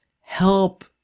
help